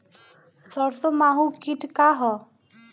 सरसो माहु किट का ह?